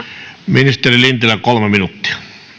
ministeri lintilä kolme minuuttia